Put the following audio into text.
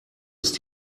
ist